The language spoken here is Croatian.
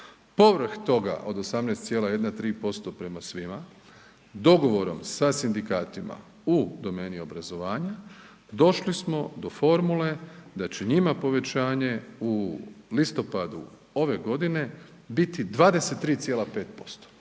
Povrh toga od 18,3% prema svima, dogovorom sa sindikatima u domeni obrazovanja došli smo do formule da će njima povećanje u listopadu ove godine biti 23,5%,